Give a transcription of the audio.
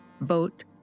vote